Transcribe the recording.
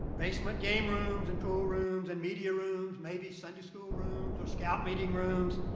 basement game rooms and pool rooms and media rooms, maybe sunday school rooms or scout meeting rooms,